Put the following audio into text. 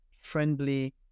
friendly